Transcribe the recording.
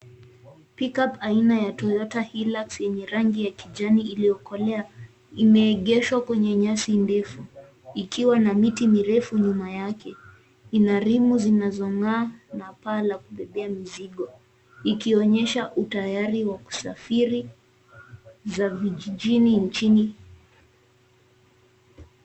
Pick up aina ya Toyota Hilux yenye rangi ya kijani iliyokolea imeegeshwa kwenye nyasi ndefu ikiwa na miti mirefu nyuma yake ina rimu zinazong'aa na paa la kubebea mizigo ikionyesha utayari wa kusafiri za vijijini nchini.